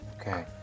Okay